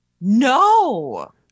No